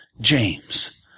James